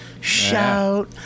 shout